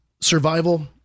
survival